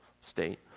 state